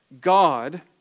God